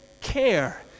care